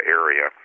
area